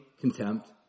contempt